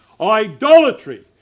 Idolatry